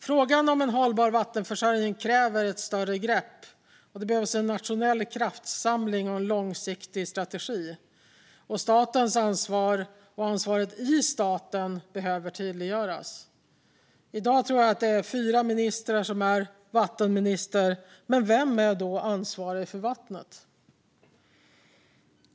Frågan om en hållbar vattenförsörjning kräver ett större grepp, och det behövs en nationell kraftsamling och en långsiktig strategi. Statens ansvar, och ansvaret i staten, behöver göras tydligare. I dag är det fyra ministrar som är vattenministrar, men vem är då ansvarig för vattnet?